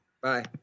Bye